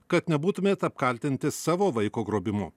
kad nebūtumėt apkaltinti savo vaiko grobimu